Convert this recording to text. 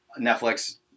Netflix